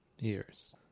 ears